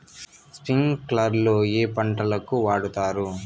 స్ప్రింక్లర్లు ఏ పంటలకు వాడుతారు?